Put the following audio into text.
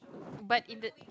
but in the